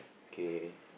K